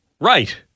Right